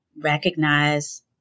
recognize